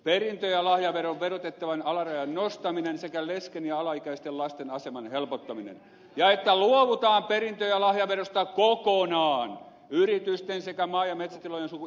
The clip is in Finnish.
perintö ja lahjaveron verotettavan alarajan nostaminen sekä lesken ja alaikäisten lasten aseman helpottaminen luovutaan perintö ja lahjaverosta kokonaan yritysten sekä maa ja metsätilojen suku